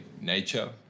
nature